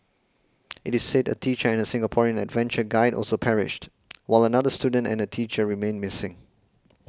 it is said a teacher and a Singaporean adventure guide also perished while another student and a teacher remain missing